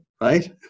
right